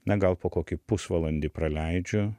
na gal po kokį pusvalandį praleidžiu